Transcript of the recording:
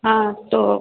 हाँ तो